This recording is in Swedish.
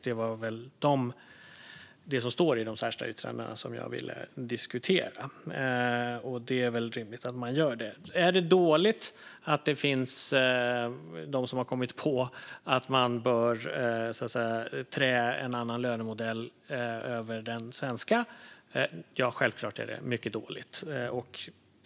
Det var väl det som stod i dessa särskilda yttranden som jag ville diskutera, och det är väl rimligt att göra det. Är det dåligt att det finns de som har kommit på att man bör trä en annan lönemodell över den svenska? Ja, självklart är det mycket dåligt.